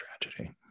tragedy